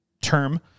term